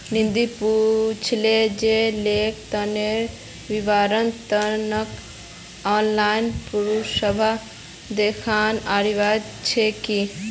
नंदनी पूछले जे लेन देनेर विवरनेर त न ऑनलाइन पासबुक दखना अनिवार्य छेक की